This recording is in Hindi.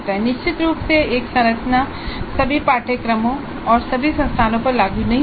निश्चित रूप से एक संरचना सभी पाठ्यक्रमों तथा सभी संस्थानों पर लागू नहीं होती